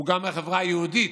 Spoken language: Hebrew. גם מהחברה היהודית,